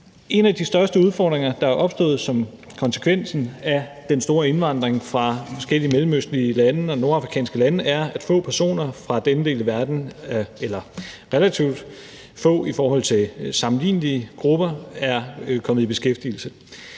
En af de største udfordringer, der er opstået som konsekvens af den store indvandring fra forskellige mellemøstlige og nordafrikanske lande, er, at relativt få personer fra denne del af verden – i forhold til sammenlignelige grupper – er kommet i beskæftigelse.